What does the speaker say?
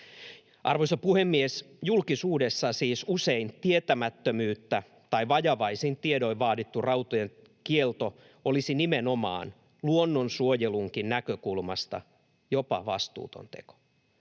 Arvoisa puhemies! Julkisuudessa siis usein tietämättömyyttä tai vajavaisin tiedoin vaadittu rautojen kielto olisi nimenomaan luonnonsuojelunkin näkökulmasta jopa vastuuton teko.